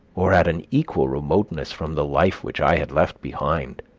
or at an equal remoteness from the life which i had left behind,